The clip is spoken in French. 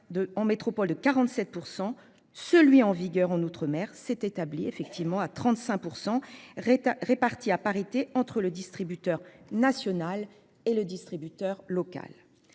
en Métropole de 47% celui en vigueur en outre-mer s'est établi effectivement à 35%. Répartis à parité entre le distributeur national et le distributeur local,